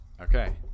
okay